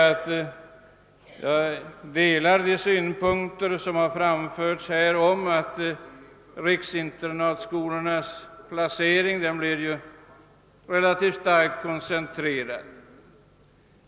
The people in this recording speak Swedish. Jag instämmer i att riksinternatskolornas placering blir relativt starkt koncentrerad.